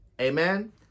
Amen